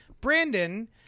Brandon